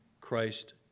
Christ